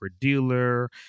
dealer